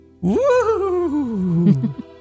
Woo